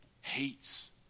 hates